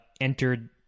entered